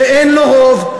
שאין לו רוב,